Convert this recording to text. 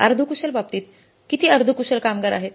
अर्ध कुशल बाबतीत किती अर्ध कुशल कामगार आहेत